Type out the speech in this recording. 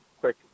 quick